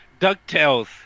DuckTales